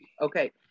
Okay